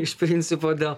iš principo dėl